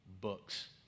books